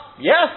Yes